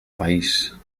país